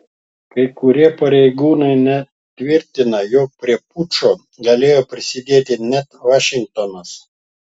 kai kurie pareigūnai net tvirtina jog prie pučo galėjęs prisidėti net vašingtonas